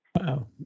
Wow